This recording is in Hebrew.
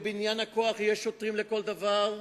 בבניין הכוח של השיטור הזה יהיו שוטרים לכל דבר,